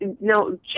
no